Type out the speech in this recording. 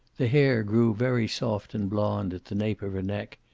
the hair grew very soft and blonde at the nape of her neck,